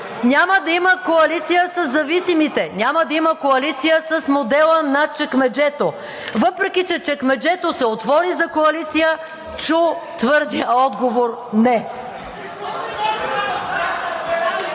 Няма да има коалиция със зависимите, няма да има коалиция с модела на чекмеджето. Въпреки че чекмеджето се отвори за коалиция, чу твърдия отговор: